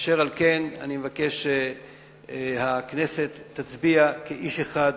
אשר על כן אני מבקש שהכנסת תצביע כאיש אחד